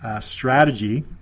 strategy